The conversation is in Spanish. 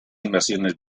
invasiones